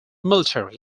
military